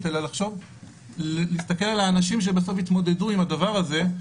אלא להסתכל על האנשים שיתמודדו עם הדבר הזה.